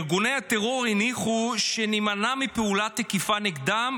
"ארגוני הטרור הניחו שנימנע מפעולה תקיפה נגדם.